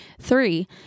Three